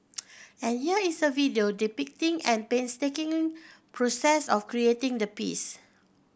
and here is a video depicting an painstaking process of creating the piece